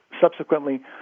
subsequently